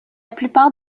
plupart